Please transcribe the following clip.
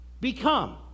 become